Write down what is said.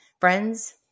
Friends